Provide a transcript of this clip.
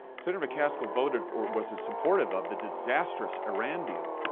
senator mccaskill voted or wasn't supportive of the disastrous iran deal.